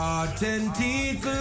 Authentic